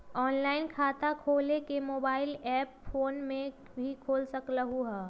Online खाता खोले के मोबाइल ऐप फोन में भी खोल सकलहु ह?